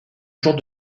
jour